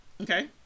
okay